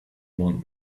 want